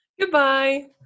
Goodbye